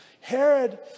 Herod